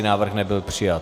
Návrh nebyl přijat.